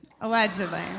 Allegedly